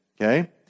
Okay